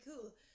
cool